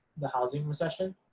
the housing recession.